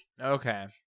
okay